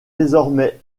désormais